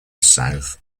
south